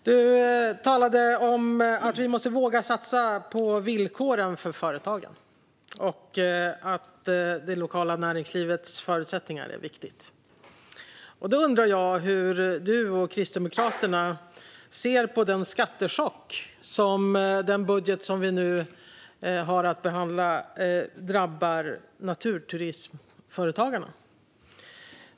Fru talman! Du, Camilla, talade om att vi måste våga satsa på villkoren för företagen och att det lokala näringslivets förutsättningar är viktiga. Hur ser då du, Camilla, och Kristdemokraterna på skattechocken i budgeten för naturturismföretagarna?